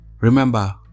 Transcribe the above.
remember